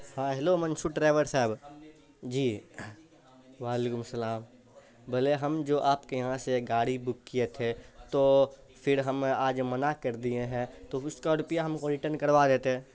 ہاں hello Mansoor driver صاحب جی وعلیکم السلام بھلے ہم جو آپ کے یہاں سے گاڑی بک کیے تھے تو پھر ہم آج منع کر دیے ہیں تو اس کا روپیہ ہم کو ریٹن کروا دیتے